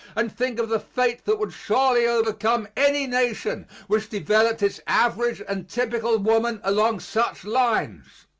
and think of the fate that would surely overcome any nation which developed its average and typical woman along such lines.